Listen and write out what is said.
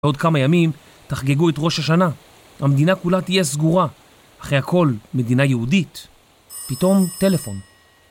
ועוד כמה ימים תחגגו את ראש השנה, המדינה כולה תהיה סגורה, אחרי הכל מדינה יהודית. פתאום טלפון.